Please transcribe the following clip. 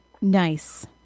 Nice